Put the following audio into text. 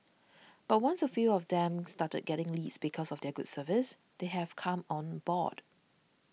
but once a few of them started getting leads because of their good service they have come on board